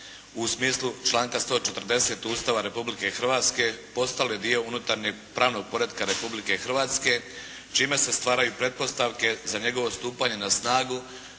u smislu članka 140. Ustava Republike Hrvatske postale dio unutarnjeg pravnog poretka Republike Hrvatske čime se stvaraju pretpostavke za njegovo stupanje na snagu,